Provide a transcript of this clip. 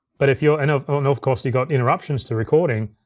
but if you're, and of and of course, you've got interruptions to recording,